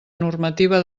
normativa